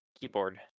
Keyboard